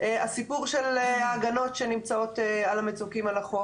הסיפור של ההגנות שנמצאות על המצוקים על החוף.